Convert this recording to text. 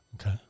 Okay